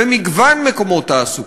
ומגוון מקומות תעסוקה.